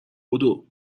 بدو